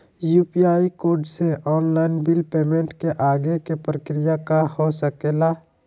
UPI code से online bill payment के आगे के प्रक्रिया का हो सके ला?